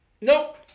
nope